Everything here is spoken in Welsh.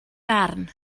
farn